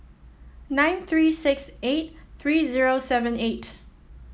nine three six eight three zero seven eight